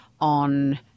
on